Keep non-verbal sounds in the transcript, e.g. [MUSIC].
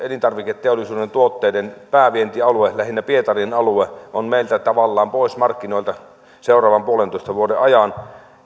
[UNINTELLIGIBLE] elintarviketeollisuuden tuotteiden päävientialue lähinnä pietarin alue on tavallaan meillä pois markkinoilta seuraavan puolentoista vuoden ajan